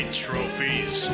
trophies